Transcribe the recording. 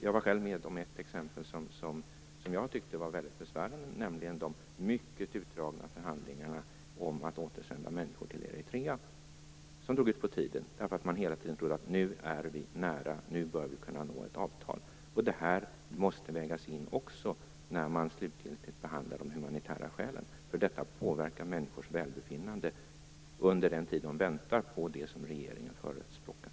Jag var själv med om ett exempel som jag tyckte var väldigt besvärande, nämligen de mycket utdragna förhandlingarna om att återsända människor till Eritrea. De förhandlingarna drog ut på tiden därför att man trodde: Nu är vi nära. Nu bör vi kunna nå ett avtal. Detta måste också vägas in när man slutgiltigt behandlar de humanitära skälen. Detta påverkar människors välbefinnande under den tid de väntar på det som regeringen förespråkar.